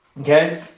Okay